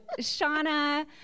Shauna